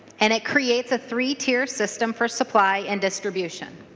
and it creates a three-tiered system for supply and distribution.